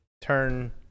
Turn